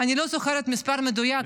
אני לא זוכרת מספר מדויק,